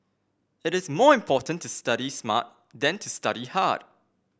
it is more important to study smart than to study hard